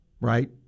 right